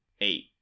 eight